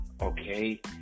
okay